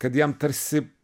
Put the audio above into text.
kad jam tarsi